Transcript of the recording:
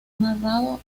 narrado